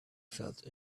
felt